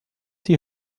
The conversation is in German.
die